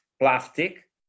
plastic